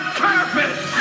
purpose